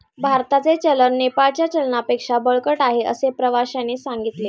भारताचे चलन नेपाळच्या चलनापेक्षा बळकट आहे, असे प्रवाश्याने सांगितले